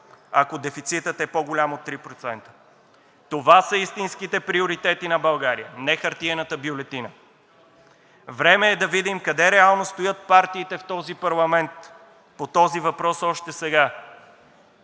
ако дефицитът е по-голям от 3%. Това са истинските приоритети на България – не хартиената бюлетина! Време е да видим къде реално стоят партиите в този парламент по този въпрос още сега.